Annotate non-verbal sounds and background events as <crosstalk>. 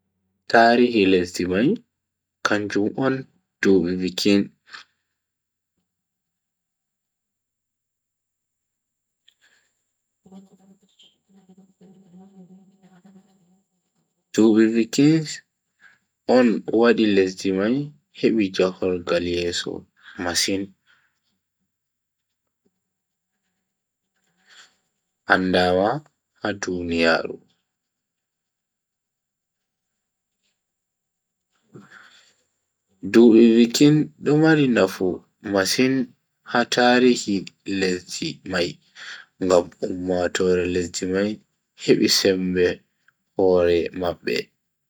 Tarihi lesdi mai kanjum on dubi. <unintelligible> Dubi <unintelligible> on wadi lesdi mai hebi jahogal yeso masin. andaama ha duniyaaru. dubi <unintelligible> do mari nafu masin ha tarihi lesdi mai ngam ummatoore lesdi mai hebi sembe hore mabbe.